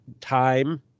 time